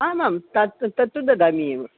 आमां तत् तत्तु ददामि एव